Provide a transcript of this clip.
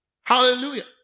Hallelujah